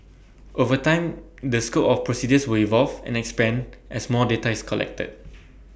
over time the scope of procedures will evolve and expand as more data is collected